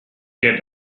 get